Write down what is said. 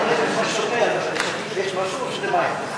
אני לא שותה, אבל יש משהו, או שאתה שותה מים?